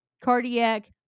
cardiac